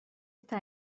está